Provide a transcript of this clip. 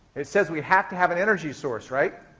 it says we have to have an energy source, right?